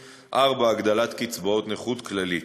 4. הגדלת קצבאות נכות כללית.